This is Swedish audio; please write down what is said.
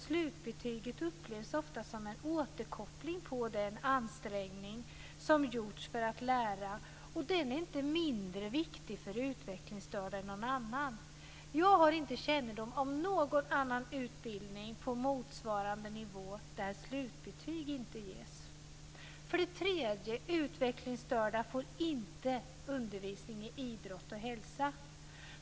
Slutbetyget upplevs ofta som en återkoppling till den ansträngning som gjorts för att lära, och den är inte mindre viktig för utvecklingsstörda än för någon annan. Jag har inte kännedom om någon annan utbildning på motsvarande nivå där slutbetyg inte ges. För det tredje får inte utvecklingsstörda undervisning i idrott och hälsa.